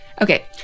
Okay